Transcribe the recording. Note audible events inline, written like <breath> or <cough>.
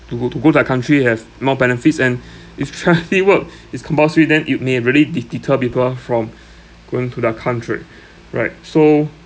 to go to go to their country has more benefits and <breath> if charity work <laughs> is compulsory then it may really de~ deter people from <breath> going to their country <breath> right so